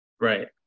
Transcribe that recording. Right